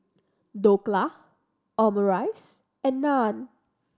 Dhokla Omurice and Naan